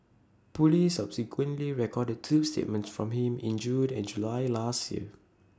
Police subsequently recorded two statements from him in June and July last year